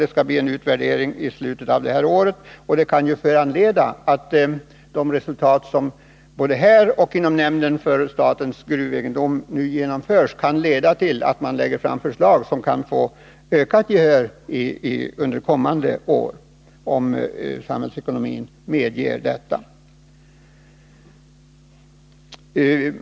Det skall utvärderas i slutet av året. Resultatet av de undersökningar som genomförs både här och inom nämnden för statens gruvegendom kan leda till förslag som kan få ökat gehör under kommande år, om samhällsekonomin medger det.